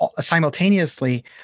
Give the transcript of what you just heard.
simultaneously